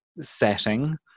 setting